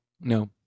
No